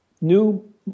new